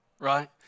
right